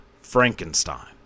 Frankenstein